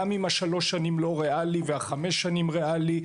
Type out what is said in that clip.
אם השלוש שנים לא ריאלי והחמש שנים ריאלי.